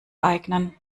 eignen